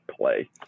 play